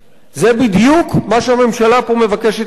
זה בדיוק מה שהממשלה פה מבקשת לעשות.